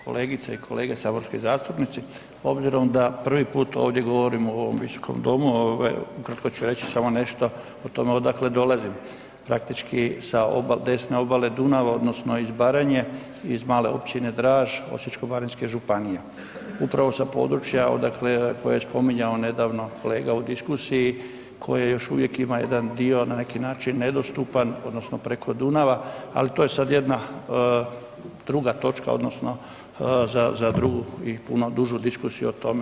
Kolegice i kolege saborski zastupnici obzirom da prvi put ovdje govorim u ovom visokom domu ovaj hoću reći samo nešto o tome odakle dolazim, praktički sa desne obale Dunava odnosno iz Baranje iz male općine Draž Osječko-baranjske županije upravo sa područja odakle koje je spominjao nedavno kolega u diskusiji koje još uvijek ima jedan dio na neki način nedostupan odnosno preko Dunava, ali to je sad jedna druga točka odnosno za drugu i puno dužu diskusiju o tome.